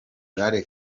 kale